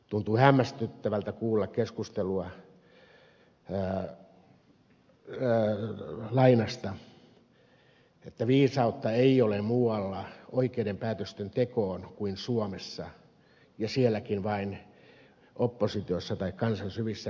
tuntuu hämmästyttävältä kuulla keskustelua lainasta että viisautta oikeiden päätösten tekoon ei ole muualla kuin suomessa ja sielläkin vain oppositiossa tai kansan syvissä riveissä